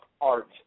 art